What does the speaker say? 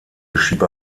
geschieht